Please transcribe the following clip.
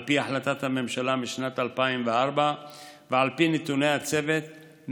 על פי החלטת הממשלה משנת 2004. על פי נתוני הצוות,